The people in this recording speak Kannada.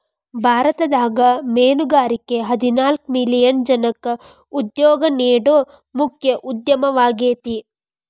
ಭಾರತದಾಗ ಮೇನುಗಾರಿಕೆ ಹದಿನಾಲ್ಕ್ ಮಿಲಿಯನ್ ಜನಕ್ಕ ಉದ್ಯೋಗ ನೇಡೋ ಮುಖ್ಯ ಉದ್ಯಮವಾಗೇತಿ